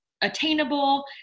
attainable